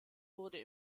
wurde